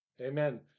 Amen